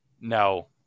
No